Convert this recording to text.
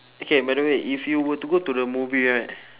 okay by the way if you were to go to the movie right